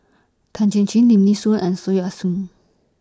Tan Chin Chin Lim Nee Soon and Soon Ah Seng